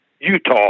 Utah